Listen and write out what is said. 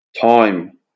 Time